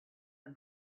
the